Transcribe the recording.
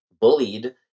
bullied